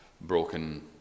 broken